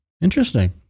Interesting